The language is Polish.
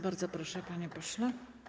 Bardzo proszę, panie pośle.